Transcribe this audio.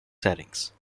settings